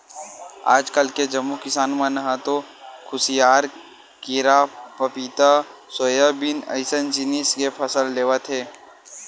आजकाल के जम्मो किसान मन ह तो खुसियार, केरा, पपिता, सोयाबीन अइसन जिनिस के फसल लेवत हे